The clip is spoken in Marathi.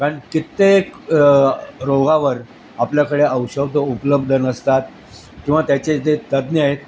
कारण कित्येक रोगावर आपल्याकडे औषधं उपलब्ध नसतात किंवा त्याचे जे तज्ज्ञ आहेत